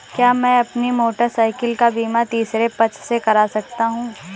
क्या मैं अपनी मोटरसाइकिल का बीमा तीसरे पक्ष से करा सकता हूँ?